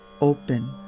open